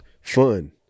fun